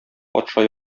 патша